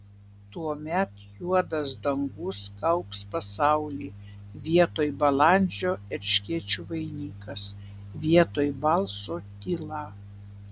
tuomet juodas dangus gaubs pasaulį vietoj balandžio erškėčių vainikas vietoj balso tyla